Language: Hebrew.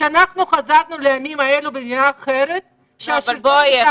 שאנחנו חזרנו לימים האלו במדינה אחרת שהשלטון משחק עם הדברים.